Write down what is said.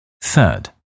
Third